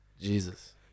Jesus